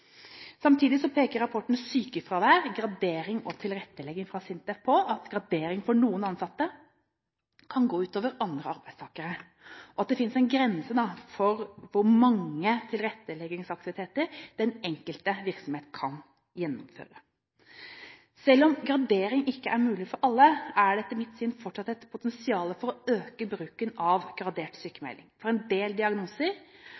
peker rapporten Sykefravær – gradering og tilrettelegging fra SINTEF på at gradering for noen ansatte kan gå ut over andre arbeidstakere, og at det finnes en grense for hvor mange tilretteleggingsaktiviteter den enkelte virksomhet kan gjennomføre. Selv om gradering ikke er mulig for alle, er det etter mitt syn fortsatt et potensial for å øke bruken av gradert